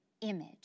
image